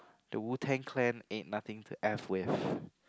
the Wu-Tang-Clan ain't nothing to F with